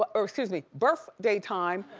but or excuse me, birfday time,